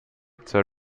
zur